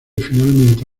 finalmente